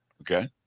Okay